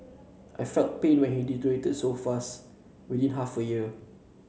I felt pain when he deteriorated so fast within half a year